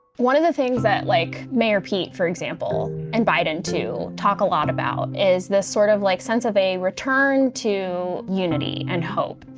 one of the things that like mayor pete, for example, and biden too, talk a lot about is this sort of like sense of a return to unity and hope.